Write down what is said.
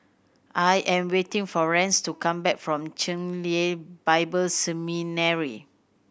I am waiting for Rance to come back from Chen Lien Bible Seminary